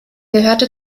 gehörte